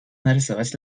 narysować